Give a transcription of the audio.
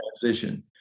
transition